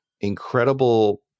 incredible